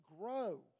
grow